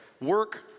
Work